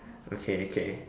okay okay